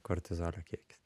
kortizolio kiekis